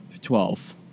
Twelve